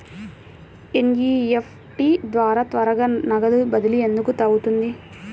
NEFT ద్వారా త్వరగా నగదు బదిలీ ఎందుకు అవుతుంది?